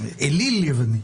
אליל יווני.